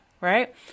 right